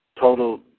total